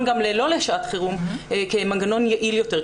גם לא לשעת חירום כמנגנון יעיל יותר,